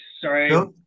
sorry